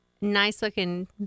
nice-looking